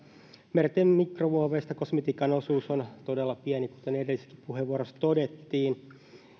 merten mikromuoveista kosmetiikan osuus on todella pieni kuten edellisessäkin puheenvuorossa todettiin